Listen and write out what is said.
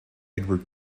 edward